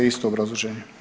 Isto obrazloženje.